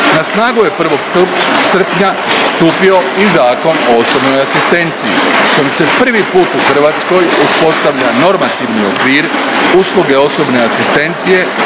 Na snagu je 1. srpnja stupio i Zakon o osobnoj asistenciji kojim se prvi put u Hrvatskoj uspostavlja normativni okvir usluge osobne asistencije